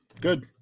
Good